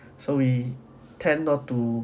so we tend not to